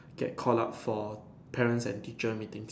get called up for parents and teacher meeting